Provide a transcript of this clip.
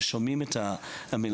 ששומעים את המילים האלה.